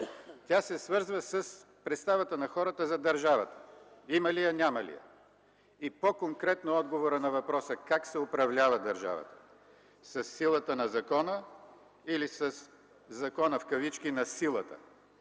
тя се свързва с представата на хората за държавата – има ли я, няма ли я? По-конкретно отговорът на въпроса как се управлява държавата – със силата на закона, или със закона в кавички на силата.